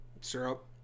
Syrup